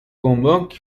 گمرگ